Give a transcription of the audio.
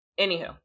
Anywho